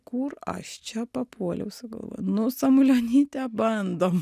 kur aš čia papuoliau sakau nu samulionyte bandom